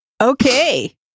Okay